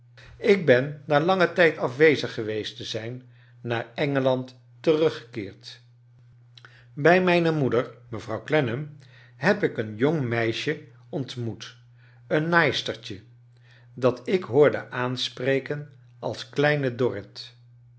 ik ben na langen tijd afwezig geweest te zijn naar engeland teruggekeerd bij mijne rnoeder mevrouw clennam heb ik een jong meisje ontmoet een naaistert j e dat ik hoor de aans pr eken als kleine dorrit